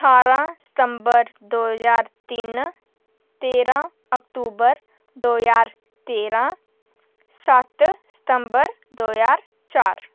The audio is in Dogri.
ठारां सितम्बर दो ज्हार तिन्न तेरां अक्तू्बर दो ज्हार तेरां सत्त सितम्बर दो ज्हार चार